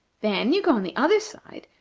then you go on the other side,